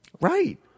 Right